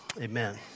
amen